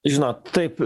žinot taip